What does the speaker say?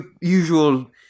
usual